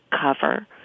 cover